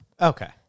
Okay